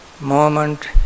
moment